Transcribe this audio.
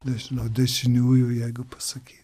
nežinau dešiniųjų jeigu pasakyt